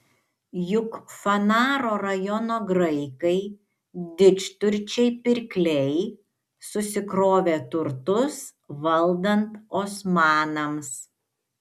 juk fanaro rajono graikai didžturčiai pirkliai susikrovė turtus valdant osmanams